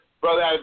Brother